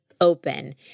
open